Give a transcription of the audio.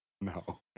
No